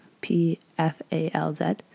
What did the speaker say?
P-F-A-L-Z